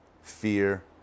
fear